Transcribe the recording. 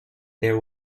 there